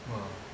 !wah!